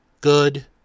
good